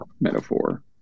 metaphor